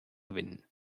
gewinnen